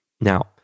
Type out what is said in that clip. Now